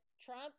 Trump